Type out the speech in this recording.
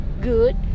good